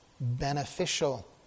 beneficial